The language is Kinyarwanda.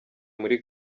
muri